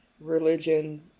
religion